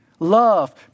Love